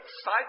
side